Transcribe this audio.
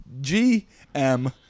GM